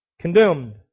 condemned